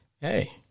hey